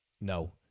no